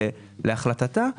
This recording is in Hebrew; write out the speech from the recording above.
להחלטתה,